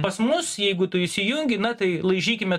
pas mus jeigu tu įsijungi na tai laižykime